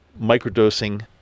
microdosing